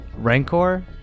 Rancor